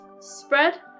spread